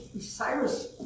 Cyrus